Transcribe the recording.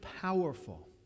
powerful